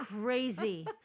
crazy